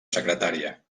secretària